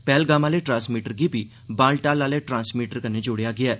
पहलगाम आले ट्रांसमीटर गी बी बालटाल आले ट्रांसमीटर कन्नै जोड़ेआ गेआ ऐ